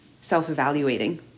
self-evaluating